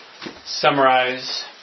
summarize